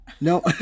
no